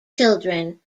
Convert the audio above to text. children